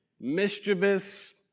mischievous